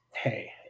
hey